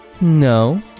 No